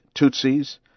Tutsis